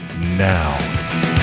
now